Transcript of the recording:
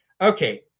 Okay